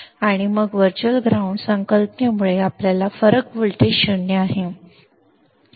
आणि मग virtual ground संकल्पनेमुळे आपल्याकडे फरक व्होल्टेज शून्य आहे